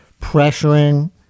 pressuring